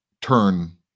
turn